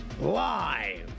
live